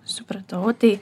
supratau tai